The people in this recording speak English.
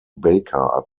baker